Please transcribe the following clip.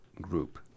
group